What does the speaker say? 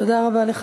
תודה רבה לך.